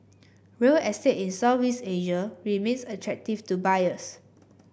real estate in Southeast Asia remains attractive to buyers